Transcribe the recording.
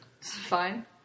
Fine